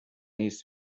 نیز